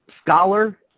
scholar